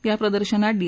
या प्रदर्शनात डी